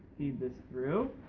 feed this through,